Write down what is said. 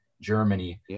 Germany